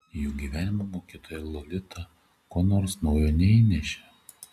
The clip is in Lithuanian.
į jų gyvenimą mokytoja jolita ko nors naujo neįnešė